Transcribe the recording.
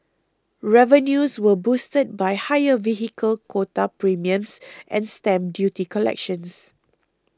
revenues were boosted by higher vehicle quota premiums and stamp duty collections